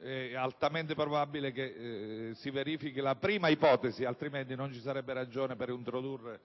È altamente probabile che si verifichi la prima ipotesi, altrimenti non ci sarebbe ragione per introdurre